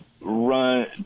run